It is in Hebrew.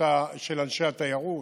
של אנשי התיירות,